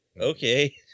Okay